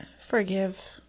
Forgive